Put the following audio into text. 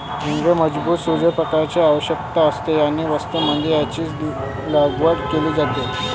हींगेला मजबूत सूर्य प्रकाशाची आवश्यकता असते आणि वसंत मध्ये याची लागवड केली जाते